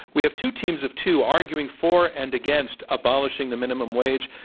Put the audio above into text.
we have two teams of two arguing for and against abolishing the minimum wage.